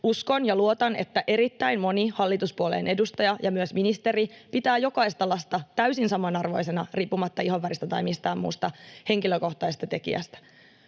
Uskon ja luotan, että erittäin moni hallituspuolueiden edustaja ja myös ministeri pitää jokaista lasta täysin samanarvoisena riippumatta ihonväristä tai mistään muusta henkilökohtaisesta tekijästä.